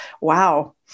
wow